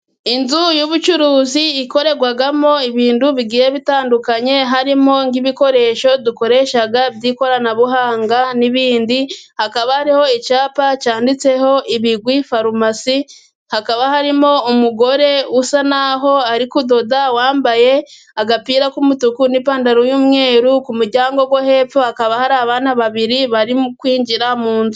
Inzu y'ubucuruzi ikorerwamo ibintu bigiye bitandukanye, harimo nk'ibikoresho dukoresha by'ikoranabuhanga n'ibindi. Hakaba ari icyapa cyanditseho ibigwi farumasi. Hakaba harimo umugore usa naho ari kudoda wambaye agapira k'umutuku n'ipantaro y'umweru. Ku muryango wo hepfo hakaba hari abana babiri barimo kwinjira mu nzu.